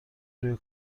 روی